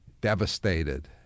devastated